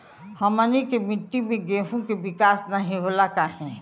हमनी के मिट्टी में गेहूँ के विकास नहीं होला काहे?